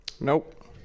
nope